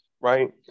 right